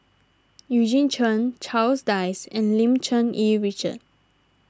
Eugene Chen Charles Dyce and Lim Cherng Yih Richard